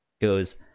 goes